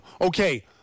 Okay